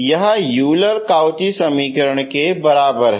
यह Euler Cauchy समीकरण के बराबर है